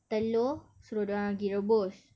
telur suruh dia orang pergi rebus